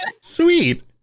sweet